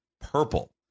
PURPLE